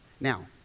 Now